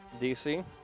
DC